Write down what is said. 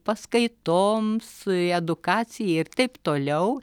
paskaitoms edukacijai ir taip toliau